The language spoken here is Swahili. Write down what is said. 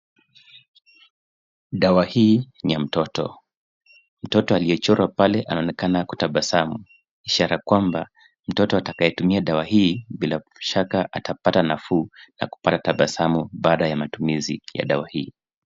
Dawa hii ni ya mtoto. Mtoto aliyechorwa pale anaonekana kutabasamu. Ishara kwamba mtoto atakaye tumia dawa hii, bila shaka atapata nafuu na kupata tabasamu baada ya matumizi ya dawa hii.